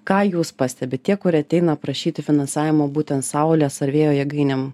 ką jūs pastebit tie kurie ateina prašyti finansavimo būtent saulės ar vėjo jėgainėm